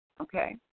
Okay